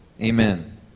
amen